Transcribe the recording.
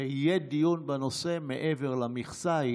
ויהיה דיון בנושא מעבר למכסה.